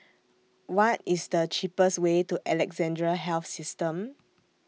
What IS The cheapest Way to Alexandra Health System